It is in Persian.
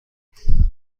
نیست